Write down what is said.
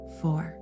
four